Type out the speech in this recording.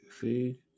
see